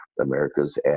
America's